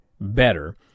better